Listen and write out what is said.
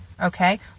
okay